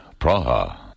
Praha